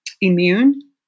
immune